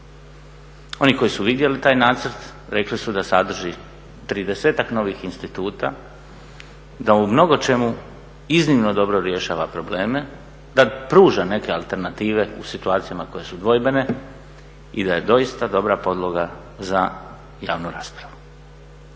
Oni koji su vidjeli taj nacrt rekli su da sadrži tridesetak novih instituta, da u mnogo čemu iznimno dobro rješava probleme, da pruža neke alternative u situacijama koje su dvojbene i da je doista dobra podloga za javnu raspravu.